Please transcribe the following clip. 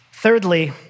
Thirdly